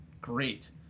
great